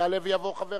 יעלה ויבוא חבר